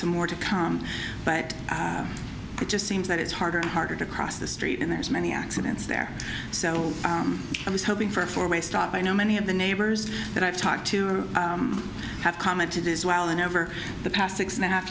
some more to come but it just seems that it's harder and harder to cross the street and there's many accidents there so i was hoping for a four way stop i know many of the neighbors that i've talked to have commented as well and over the past six and a half